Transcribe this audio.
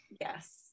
yes